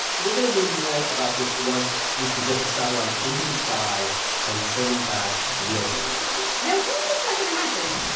we're going to know more about this once we can get the satellite into the sky and sending back real pictures yeah. when is that going to happen?